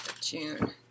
June